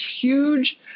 huge